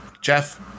Jeff